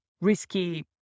risky